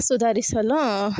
ಸುಧಾರಿಸಲೂ